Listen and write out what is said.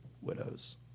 widows